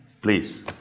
please